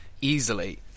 easily